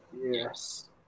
Yes